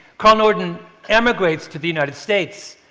carl norden emigrates to the united states